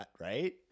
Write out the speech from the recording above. right